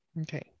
Okay